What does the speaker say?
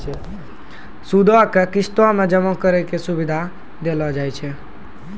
सूदो के किस्तो मे जमा करै के सुविधा देलो जाय छै